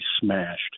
smashed